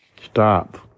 Stop